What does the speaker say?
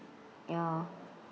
ya